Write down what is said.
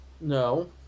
no